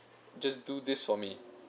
just do this for me